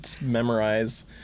memorize